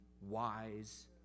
wise